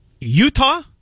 Utah